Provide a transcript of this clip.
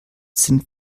sind